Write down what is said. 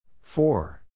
Four